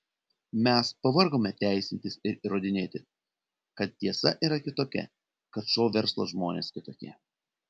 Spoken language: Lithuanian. mes pavargome teisintis ir įrodinėti kad tiesa yra kitokia kad šou verslo žmonės kitokie